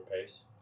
pace